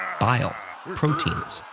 bile, proteins,